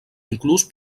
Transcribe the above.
inclús